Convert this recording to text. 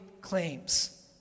claims